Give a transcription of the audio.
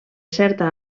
certa